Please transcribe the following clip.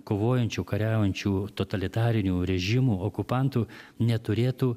kovojančių kariaujančių totalitarinių režimų okupantų neturėtų